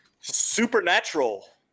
Supernatural